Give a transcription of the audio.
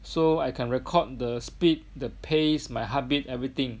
so I can record the speed the pace my heartbeat everything